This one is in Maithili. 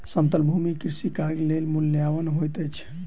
समतल भूमि कृषि कार्य लेल मूल्यवान होइत अछि